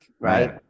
right